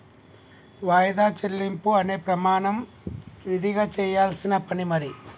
వాయిదా చెల్లింపు అనే ప్రమాణం విదిగా చెయ్యాల్సిన పని మరి